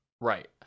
Right